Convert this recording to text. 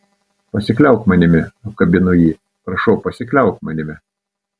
pasikliauk manimi apkabino jį prašau pasikliauk manimi